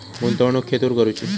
गुंतवणुक खेतुर करूची?